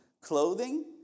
clothing